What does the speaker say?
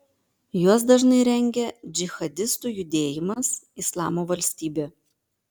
juos dažnai rengia džihadistų judėjimas islamo valstybė